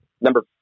Number